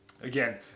Again